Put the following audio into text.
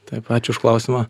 taip ačiū už klausimą